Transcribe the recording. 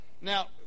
Now